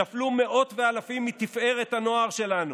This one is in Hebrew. נפלו מאות ואלפים מתפארת הנוער שלנו.